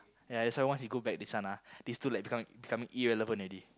ya that's why once he go back to this one ah these two like become becoming irrelevant already